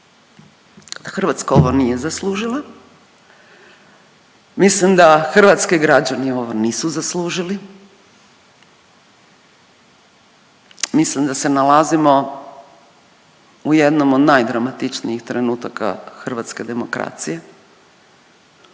Hrvatska ovo nije zaslužila, mislim da hrvatski građani ovo nisu zaslužili mislim da se nalazimo u jednom od najdramatičnijih trenutaka u hrvatskoj demokraciji.